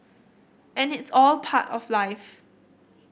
and it's all part of life